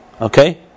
okay